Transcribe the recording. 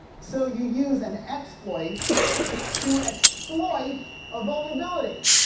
so you use an exploit to exploit a vulnerability